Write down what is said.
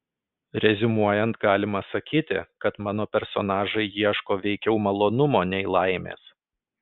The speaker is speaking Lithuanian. reziumuojant galima sakyti kad mano personažai ieško veikiau malonumo nei laimės